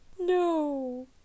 No